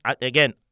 again